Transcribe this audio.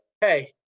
Hey